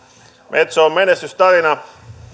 metso on menestystarina